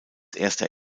erster